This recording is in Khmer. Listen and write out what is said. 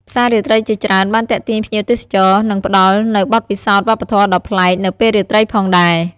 ផ្សាររាត្រីជាច្រើនបានទាក់ទាញភ្ញៀវទេសចរ និងផ្ដល់នូវបទពិសោធន៍វប្បធម៌ដ៏ប្លែកនៅពេលរាត្រីផងដែរ។